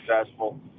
successful